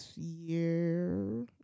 year